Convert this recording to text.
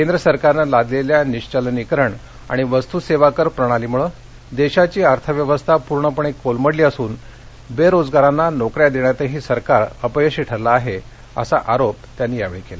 केंद्र सरकारनं लादलेल्या निश्वलनीकरण आणि वस्तू सेवा कर प्रणालीमुळे देशाची अर्थव्यवस्था पूर्णपणे कोलमडली असून बेरोजगारांना नोकऱ्या देण्यातही सरकार अपयशी ठरला आहे असा आरोप त्यांनी यावेळी केला